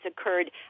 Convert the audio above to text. occurred